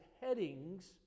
headings